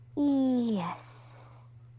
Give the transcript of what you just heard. Yes